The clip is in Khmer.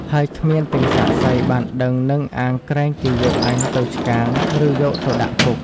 ហើយគ្មានទាំងសាក្សីបានដឹងនឹងអាងក្រែងគេយកអញទៅឆ្កាង ឬយកទៅដាក់គុក” ។